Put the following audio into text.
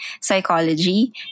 psychology